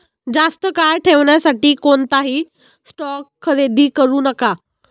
जास्त काळ ठेवण्यासाठी कोणताही स्टॉक खरेदी करू नका